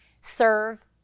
Serve